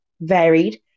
varied